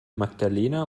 magdalena